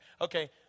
Okay